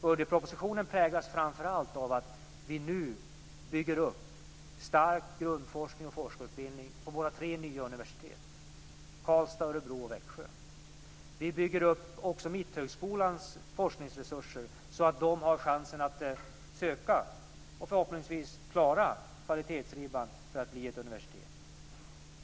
Budgetpropositionen präglas framför allt av att vi nu bygger upp stark grundforskning och forskarutbildning på våra tre nya universitet - Karlstad, Örebro och Växjö. Vi bygger också upp Mitthögskolans forskningsresurser så att de har chansen att söka och förhoppningsvis klara kvalitetsribban för att bli ett universitet.